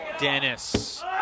Dennis